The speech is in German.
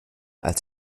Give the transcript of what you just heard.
als